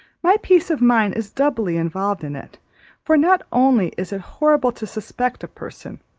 my peace of mind is doubly involved in it for not only is it horrible to suspect a person,